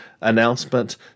announcement